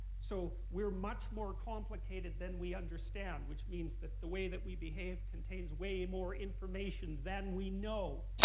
so, we're much more complicated than we understand, which means that the way that we behave contains way more information than we know.